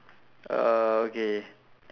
uh okay